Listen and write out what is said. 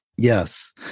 Yes